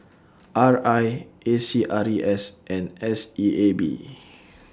R I A C R E S and S E A B